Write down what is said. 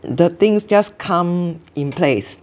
the things just come in place